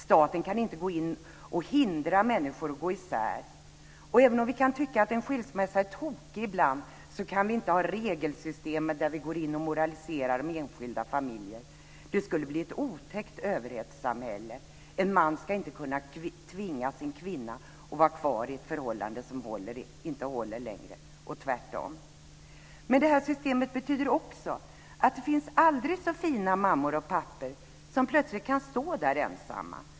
Staten kan inte hindra människor från att gå isär, och även om vi ibland kan tycka att en skilsmässa är tokig, kan vi inte i våra regelsystem moralisera om enskilda familjer. Det skulle bli ett otäckt överhetssamhälle. En man ska inte kunna tvinga sin kvinna att vara kvar i ett förhållande som inte längre håller och vice versa. Det här betyder också att en aldrig så fin mamma eller pappa plötsligt kan stå där ensam.